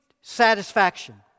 satisfaction